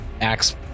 axe-